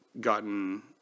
gotten